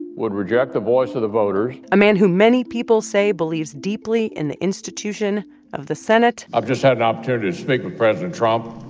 would reject the voice of the voters. a man who many people say believes deeply in the institution of the senate. i've just had an opportunity to speak with president trump.